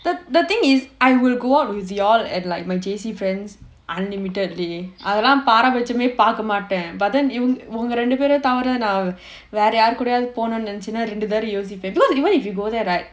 the the thing is I will go out with you all and like my J_C friends unlimitedly அதுலாம் பராபட்சமே பார்க்க மாட்டேன்:adhulaam paaraapatchamae paarkka maattaen but then இவங்க ரெண்டு பேரு தவிர வேற நான் வேற யாரு கூடையாவது போணும்னா நான் ரெண்டு பேர யோசிப்பேன்:ivanga rendu pera thavira naan vera yaaru koodayaavathu ponumnaa naan rendu pera yosippaen because even if you go there right